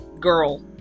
Girl